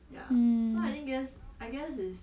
ya lah mm